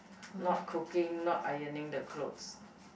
not cooking not ironing the clothes